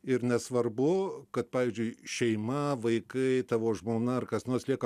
ir nesvarbu kad pavyzdžiui šeima vaikai tavo žmona ar kas nors lieka